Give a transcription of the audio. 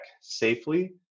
safely